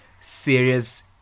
serious